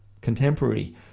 contemporary